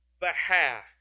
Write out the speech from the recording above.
behalf